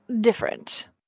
different